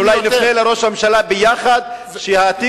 אנחנו אולי נפנה לראש הממשלה ביחד שהתיק